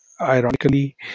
ironically